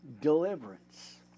deliverance